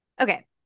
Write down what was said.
Okay